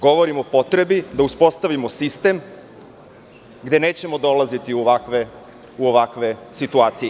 Govorim o potrebi da uspostavimo sistem gde nećemo dolaziti u ovakve situacije.